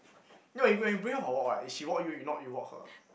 no you go and bring her for walk what she walk you not you walk her